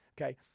Okay